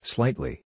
Slightly